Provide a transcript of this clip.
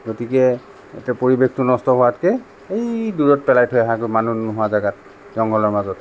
গতিকে এতিয়া পৰিৱেশটো নষ্ট হোৱাতকে এই দূৰত পেলাই থৈ আহা গৈ মানুহ নোহোৱা জেগাত জংগলৰ মাজত